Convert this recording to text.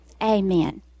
Amen